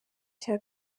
cya